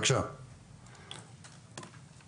צריך לעכל את מה שאתה אומר,